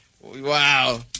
Wow